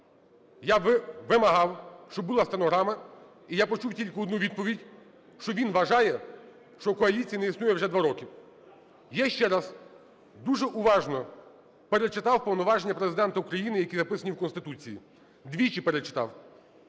Я вимагав, щоб була стенограма, і я почув тільки одну відповідь, що він вважає, що коаліції не існує вже 2 роки. Я ще раз дуже уважно перечитав повноваження Президента України, які написані в Конституції. Двічі перечитав.